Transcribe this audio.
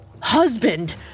Husband